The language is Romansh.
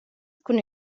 cun